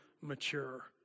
mature